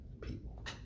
people